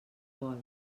vol